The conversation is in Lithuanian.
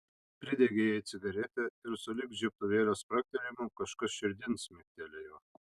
pridegė jai cigaretę ir sulig žiebtuvėlio spragtelėjimu kažkas širdin smigtelėjo